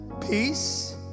Peace